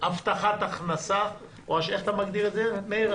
הבטחת הכנסה או איך אתה מגדיר את זה, מאיר?